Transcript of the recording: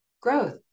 growth